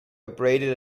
abraded